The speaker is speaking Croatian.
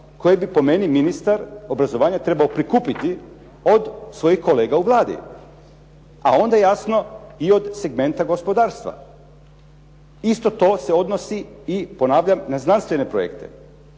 koje bi po meni ministar obrazovanja trebao prikupiti od svojih kolega u Vladi, a onda jasno i od segmenta gospodarstva. Isto to se odnosi i ponavljam na znanstvene projekte.